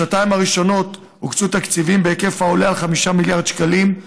בשנתיים הראשונות הוקצו תקציבים בהיקף העולה על 5 מיליארד שקלים,